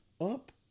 Up